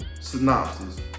synopsis